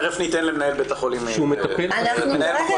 שהוא מטפל --- תיכף ניתן למנהל בית החולים --- אנחנו כרגע